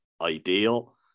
ideal